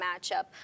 matchup